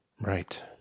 Right